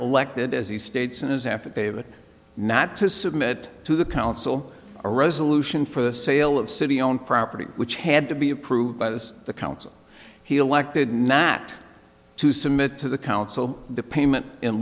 elected as he states in his affidavit not to submit to the council resolution for the sale of city owned property which had to be approved by the the council he'll act did not to submit to the council the payment in